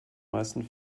meisten